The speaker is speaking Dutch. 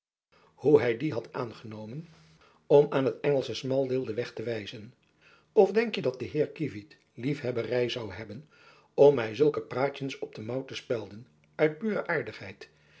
hy dien had aangenomen om aan het engelsche smaldeel den weg te wijzen of denk je dat de heer kievit liefhebbery zoû hebben om my zulke praatjens op de mouw te spelden uit